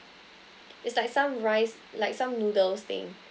it's like some rice like some noodles thing